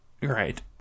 right